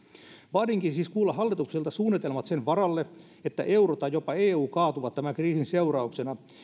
vaadinkin siis kuulla hallitukselta suunnitelmat sen varalle että euro tai jopa eu kaatuvat tämän kriisin seurauksena